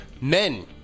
Men